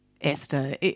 Esther